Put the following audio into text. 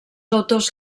autors